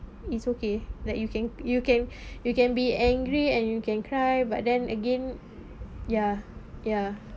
it's okay like you can you can you can be angry and you can cry but then again ya ya